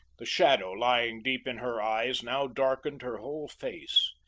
the shadow lying deep in her eyes now darkened her whole face.